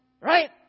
Right